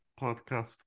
podcast